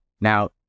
Now